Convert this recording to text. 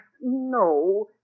No